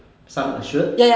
sum assured